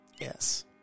Yes